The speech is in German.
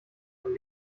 von